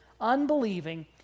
unbelieving